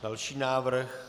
Další návrh.